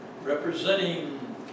Representing